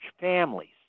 families